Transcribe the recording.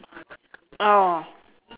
oh